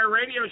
Radio